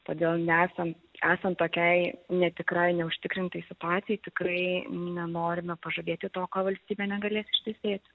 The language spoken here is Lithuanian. todėl nesant esant tokiai netikrai neužtikrintai situacijai tikrai nenorime pažadėti to ką valstybė negalės ištesėti